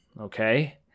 okay